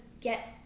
get